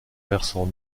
versant